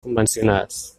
convencionals